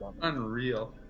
Unreal